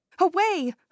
away